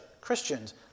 Christians